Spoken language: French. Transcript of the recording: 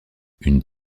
une